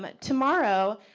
but tomorrow,